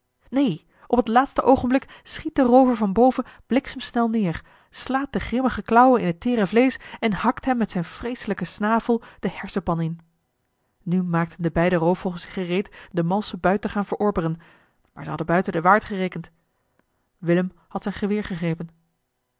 neen op het laatste oogenblik schiet de roover van boven bliksemsnel neer slaat de grimmige klauwen in het teere vleesch en hakt hem met zijn vreeselijken snavel de hersenpan in nu maakten de beide roofvogels zich gereed den malschen buit eli heimans willem roda te gaan verorberen maar ze hadden buiten den waard gerekend willem had zijn geweer gegrepen